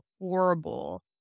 horrible